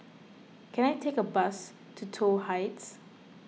can I take a bus to Toh Heights